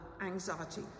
anxiety